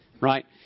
right